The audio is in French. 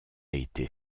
été